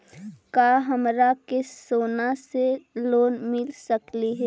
का हमरा के सोना से लोन मिल सकली हे?